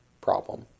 problem